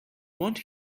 want